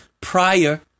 prior